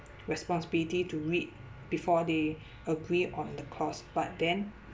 responsibility to read before they agree on the clause but then